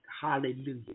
Hallelujah